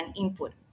input